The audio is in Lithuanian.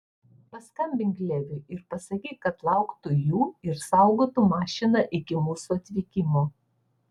paskambink leviui ir pasakyk kad lauktų jų ir saugotų mašiną iki mūsų atvykimo